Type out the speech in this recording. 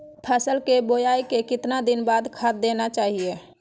फसल के बोआई के कितना दिन बाद खाद देना चाइए?